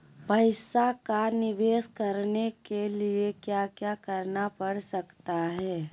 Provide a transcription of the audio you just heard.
पैसा का निवेस करने के लिए क्या क्या करना पड़ सकता है?